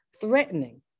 threatening